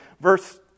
verse